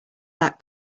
that